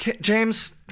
James